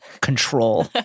control